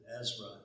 Ezra